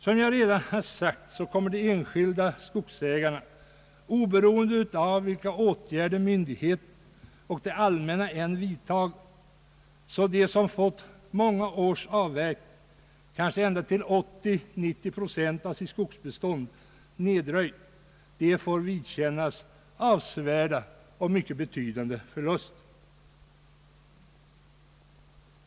Som jag redan sagt kommer de enskilda skogsägarna oberoende av vilka åtgärder myndigheterna än vidtar att få vidkännas mycket betydande förluster. Det finns de som kanske förlorat ända upp till 80 eller 90 procent av sitt skogsbestånd.